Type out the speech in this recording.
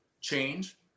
change